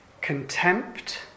contempt